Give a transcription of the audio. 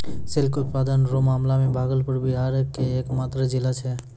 silk उत्पादन रो मामला मे भागलपुर बिहार के एकमात्र जिला छै